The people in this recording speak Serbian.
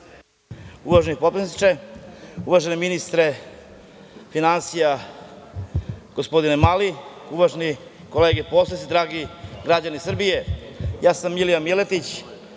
Uvaženi potpredsedniče, uvaženi ministre finansija, gospodine Mali, uvažene kolege poslanici, dragi građani Srbije, ja sam Milija Miletić